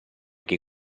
che